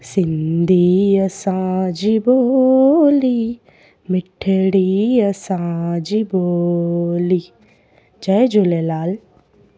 Jay Jhulelal